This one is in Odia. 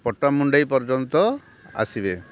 ପଟ୍ଟାମୁଣ୍ଡେଇ ପର୍ଯ୍ୟନ୍ତ ଆସିବେ